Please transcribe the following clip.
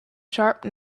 sharp